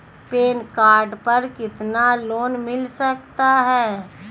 Pan card पर कितना loan मिल सकता है?